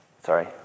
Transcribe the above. Sorry